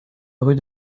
rue